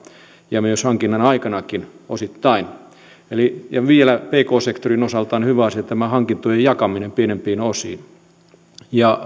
ja hankinnan aikanakin osittain pk sektorin osalta on hyvä asia vielä tämä hankintojen jakaminen pienempiin osiin ja